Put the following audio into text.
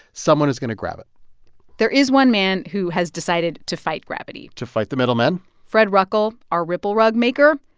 someone is going to grab it there is one man who has decided to fight gravity to fight the middlemen fred ruckel, our ripple rug maker,